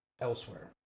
elsewhere